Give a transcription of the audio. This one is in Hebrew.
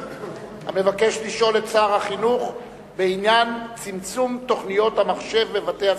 המבקש לשאול את שר החינוך בעניין צמצום תוכנית המחשוב בבתי-הספר.